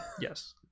Yes